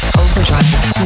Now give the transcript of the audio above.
overdrive